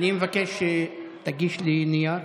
אני מבקש שתגיש לי נייר.